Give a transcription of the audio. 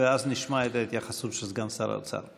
ואז נשמע את ההתייחסות של סגן שר האוצר.